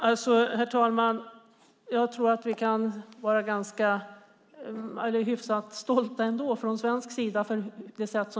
Herr talman! Jag tror att vi från svensk sida ändå kan vara hyfsat stolta över vårt sätt att jobba.